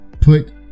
put